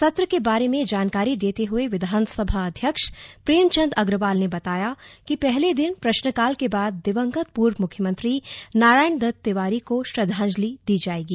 सत्र के बारे में जानकारी देते हुए विधानसभा अध्यक्ष प्रेमचंद अग्रवाल ने बताया कि पहले दिन प्रश्नकाल के बाद दिवंगत पूर्व मुख्यमंत्री नारायण दत्त तिवारी को श्रधाजंलि दी जाएगी